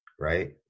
Right